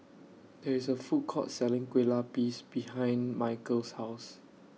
There IS A Food Court Selling Kueh Lapis behind Michael's House